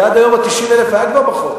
כי עד היום ה-90,000 היה כבר בחוק.